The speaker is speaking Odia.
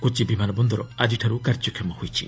କୋଚି ବିମାନ ବନ୍ଦର ଆଜିଠାରୁ କାର୍ଯ୍ୟକ୍ଷମ ହୋଇଛି